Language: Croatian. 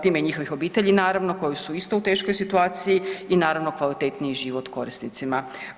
Time njihovih obitelji, naravno, koji su isto u teškoj situaciji i naravno, kvalitetniji život korisnicima.